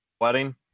wedding